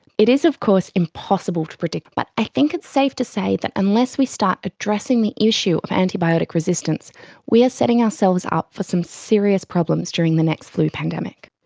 it is of course impossible to predict but i think it's safe to say that unless we start addressing the issue of antibiotic resistance we are setting ourselves up for some serious problems during the next flu pandemic.